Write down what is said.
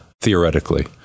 theoretically